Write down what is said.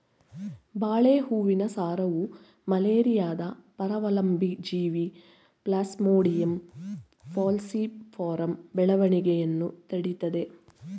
ಬಾಳೆ ಹೂವಿನ ಸಾರವು ಮಲೇರಿಯಾದ ಪರಾವಲಂಬಿ ಜೀವಿ ಪ್ಲಾಸ್ಮೋಡಿಯಂ ಫಾಲ್ಸಿಪಾರಮ್ ಬೆಳವಣಿಗೆಯನ್ನು ತಡಿತದೇ